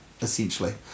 essentially